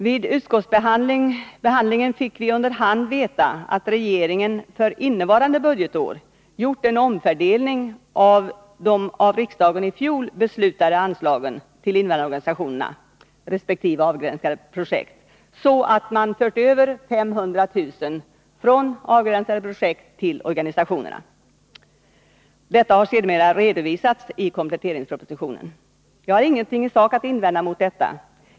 Vid utskottsbehandlingen fick vi under hand veta att regeringen för innevarande budgetår gjort en omfördelning av de av riksdagen i fjol beslutade anslagen till invandrarorganisationerna resp. avgränsade projekt, så att 500 000 förts över från avgränsade projekt till invandrarorganisationerna. Detta har också sedermera redovisats i kompletteringspropositionen. Jag har inget i sak att invända mot detta.